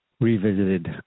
revisited